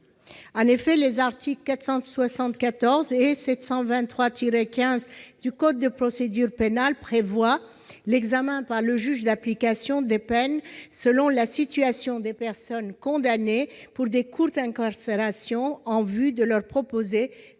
En effet, les articles 474 et 723-15 du code de procédure pénale prévoient l'examen du dossier par le juge de l'application des peines selon la situation des personnes condamnées à des courtes incarcérations en vue de leur proposer